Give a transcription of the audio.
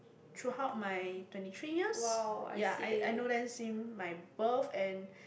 throughout my twenty three years ya I I know them seen my birth and